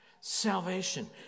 Salvation